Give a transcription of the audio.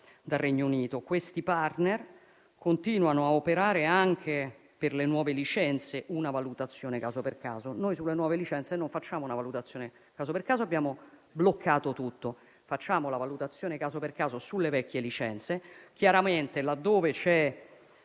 il Regno Unito. Questi *partner* continuano a operare, anche per le nuove licenze, una valutazione caso per caso. Noi sulle nuove licenze non la facciamo, ma abbiamo bloccato tutto; facciamo invece una valutazione caso per caso sulle vecchie licenze. Chiaramente, laddove c'è